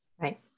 Right